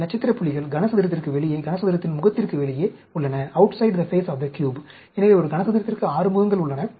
இந்த நட்சத்திர புள்ளிகள் கனசதுரத்திற்கு வெளியே கனசதுரத்தின் முகத்திற்கு வெளியே உள்ளன எனவே ஒரு கனசதுரத்திற்கு 6 முகங்கள் இருக்கும்